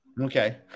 okay